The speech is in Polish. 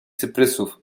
cyprysów